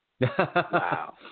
wow